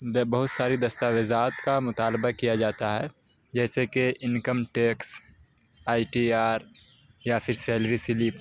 بہت ساری دستاویزات کا مطالبہ کیا جاتا ہے جیسے کہ income tax I T R یا پھر سیلری سلپ